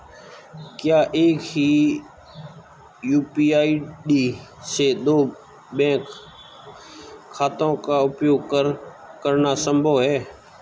क्या एक ही यू.पी.आई से दो बैंक खातों का उपयोग करना संभव है?